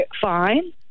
fine